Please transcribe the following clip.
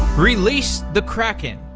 release the kraken!